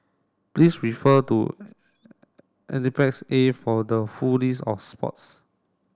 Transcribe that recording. please refer to A for the full list of sports